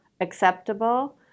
acceptable